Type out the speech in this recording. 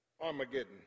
Armageddon